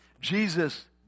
Jesus